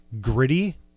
gritty